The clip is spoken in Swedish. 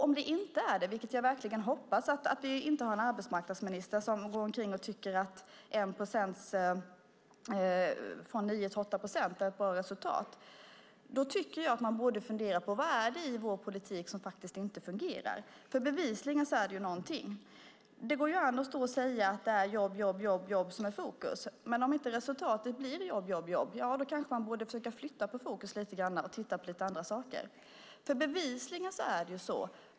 Om det inte är det, och jag hoppas verkligen att vi inte har en arbetsmarknadsminister som går omkring och tycker att en sänkning från 9 till 8 procent är ett bra resultat, tycker jag att man borde fundera på vad det är i politiken som inte fungerar. Bevisligen är det någonting. Det går an att säga att det är jobb, jobb, jobb som är fokus, men om inte resultatet blir jobb, jobb, jobb kanske man borde försöka flytta fokus lite grann och titta på andra saker.